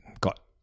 got